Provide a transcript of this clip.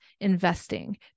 investing